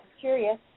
curious